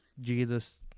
Jesus